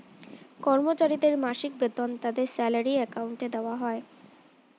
কর্মচারীদের মাসিক বেতন তাদের স্যালারি অ্যাকাউন্টে দেওয়া হয়